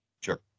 Sure